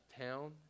town